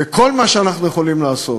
וכל מה שאנחנו יכולים לעשות,